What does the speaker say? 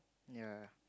ya